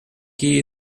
key